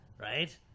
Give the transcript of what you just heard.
right